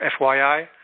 FYI